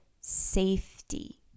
safety